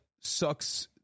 sucks